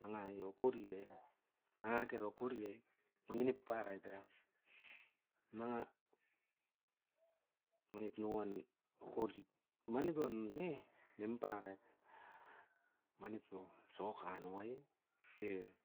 Nanga i okorip e, nanga kero okori e mangi nip parait era. Nanga manit no uan okori, mani pan no ne? Nimparait, manip io soka no ai, e.